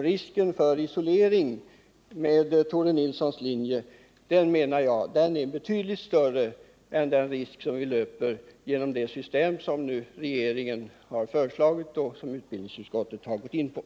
Risken för isolering med Tore Nilssons linje är, menar jag, betydligt större än den risk vi löper med det system som regeringen nu har föreslagit och som utbildningsutskottet har gått in för.